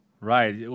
Right